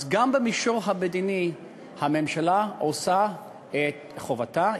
אז גם במישור המדיני המדינה עושה את חובתה,